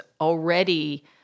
already